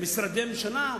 במשרדי הממשלה?